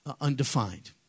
undefined